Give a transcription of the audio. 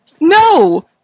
No